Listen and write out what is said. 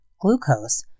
glucose